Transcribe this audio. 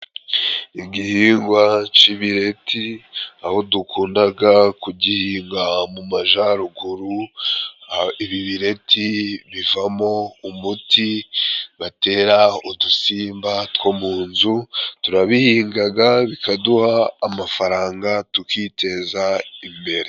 Igihingwa k'ibireti aho dukundaga kugihinga mu majaruguru. Ibi bireti bivamo umuti batera udusimba two mu nzu, turabihingaga bikaduha amafaranga tukiteza imbere.